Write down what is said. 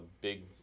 big